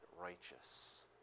righteous